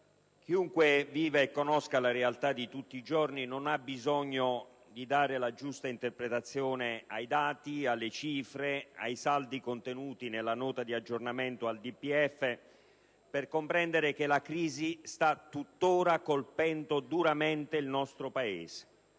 chiunque viva e conosca la realtà di tutti i giorni non ha bisogno di dare la giusta interpretazione ai dati, alle cifre, ai saldi contenuti nella Nota di aggiornamento al DPEF per comprendere che la crisi sta tuttora colpendo duramente il nostro Paese.